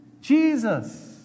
Jesus